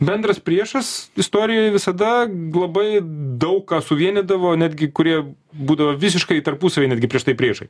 bendras priešas istorijoj visada labai daug ką suvienydavo netgi kurie būdavo visiškai tarpusavyje netgi prieš tai priešai